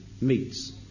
meets